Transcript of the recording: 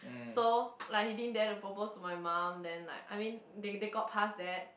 so like he didn't dare to propose to my mum then like I mean they they got past that